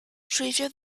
treasure